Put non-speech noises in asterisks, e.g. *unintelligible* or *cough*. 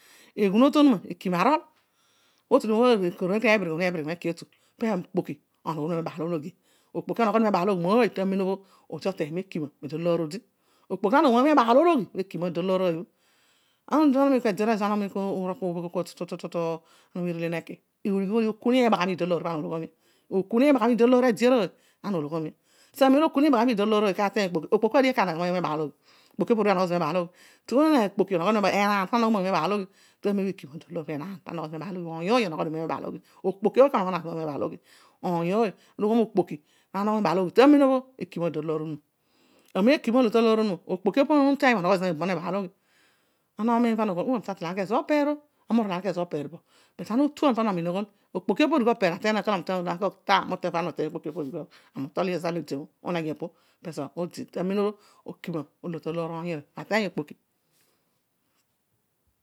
Eghunotu onuma, ekima arol, otudio molo teebhima eebhirima eki etu, okpoki onoghodio mebaalologhi mōoytamen obho odi oteiyo me ta wme odi okpoki na nogho moiy obaalologhi tamem ōbhō odi ateiy ekaina talōor odi. *unintelligible* ede aroiy bha ana umiin kua tutu tu bhi nele neki, ikoro ibaaghami bhi di talōor ede aroiy ana ologhomio. Amem iibaghanni idita loor oiy ka teiy okpoki okpo obol eko kanogho mobaal ologhi? Okpoki opo orue dio anogho aodi mebaal ōloghi, enaan kutanogho nwiy ōoy mebaal ologhi *unintelligible* oiy ōoy to kol okpoki na nogho mebaal ologhi tamem obho ekima odi ta loor onuma. Amem olo ekaina olo taloor onuma, okpoki opo bho ana uteiy ō oruedio anogbo zōna bonobaalologhi. *unintelligible* ana umiin pana oghol ō! Aami ta tol aani kezobho opeer ō, ana utuan pana omun oghol okpoki opo bho opeer ateiy ōbho ekana ta ami uwadio modigh okpoki opō. Ami utol ezobho ami odi ōbhō tamem olo ekima olo talōor oiy ooy.